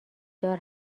دار